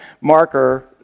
marker